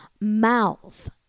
mouth